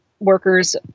Workers